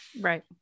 Right